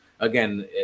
Again